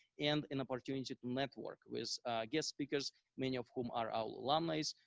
and an opportunity to network with guests because many of whom are alumni,